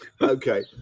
okay